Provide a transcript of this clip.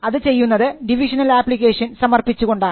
അത് ചെയ്യുന്നത് divisional application സമർപ്പിച്ചുകൊണ്ടാണ്